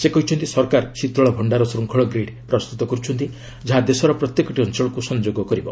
ସେ କହିଛନ୍ତି ସରକାର ଶୀତଳ ଭଣ୍ଣାର ଶୃଙ୍ଖଳ ଗ୍ରୀଡ଼୍ ପ୍ରସ୍ତୁତ କରୁଛନ୍ତି ଯାହା ଦେଶର ପ୍ରତ୍ୟେକଟି ଅଞ୍ଚଳକୁ ସଂଯୋଗ କରିପାରିବ